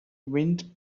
wind